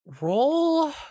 Roll